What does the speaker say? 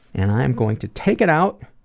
and i'm going to take it out